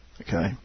Okay